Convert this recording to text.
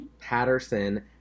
Patterson